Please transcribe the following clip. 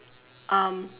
um